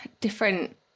different